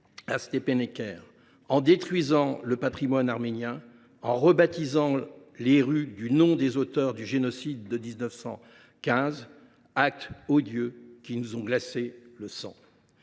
Stepanakert, en détruisant le patrimoine arménien et en rebaptisant les rues du nom des auteurs du génocide de 1915. Ces actes odieux nous ont glacé le sang.